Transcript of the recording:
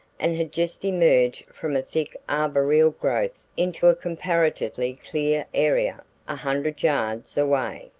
and had just emerged from a thick arboreal growth into a comparatively clear area a hundred yards away.